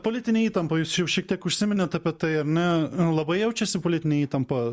politinė įtampa jūs jau šiek tiek užsiminėt apie tai ar ne labai jaučiasi politinė įtampa